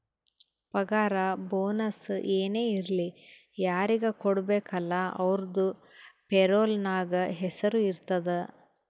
ಪಗಾರ ಬೋನಸ್ ಏನೇ ಇರ್ಲಿ ಯಾರಿಗ ಕೊಡ್ಬೇಕ ಅಲ್ಲಾ ಅವ್ರದು ಪೇರೋಲ್ ನಾಗ್ ಹೆಸುರ್ ಇರ್ತುದ್